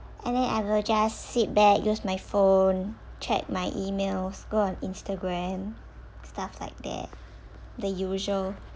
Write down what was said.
and then I will just sit back use my phone check my emails go on instagram stuff like that the usual